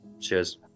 Cheers